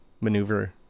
maneuver